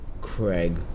Craig